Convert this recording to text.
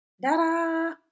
Da-da